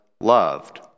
loved